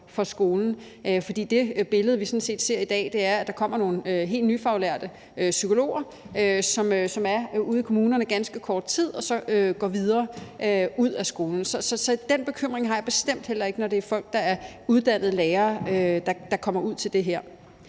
for skolen, for det billede, vi sådan set ser i dag, er, at der kommer nogle helt nyuddannede psykologer, som er ude i kommunerne ganske kort tid, og som så går videre og væk fra skolen. Så den bekymring har jeg bestemt heller ikke, når det er folk, der er uddannede lærere, der kommer ud til det her.